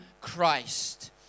Christ